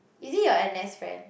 is it your N_S friend